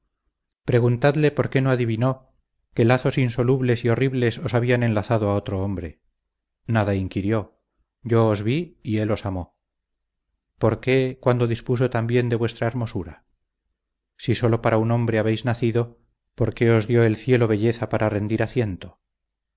preguntadle por qué no adivinó que lazos indisolubles y horribles os habían enlazado a otro hombre nada inquirió yo os vi y él os amó por qué cuando dispuso también de vuestra hermosura si sólo para un hombre habéis nacido por qué os dio el cielo belleza para rendir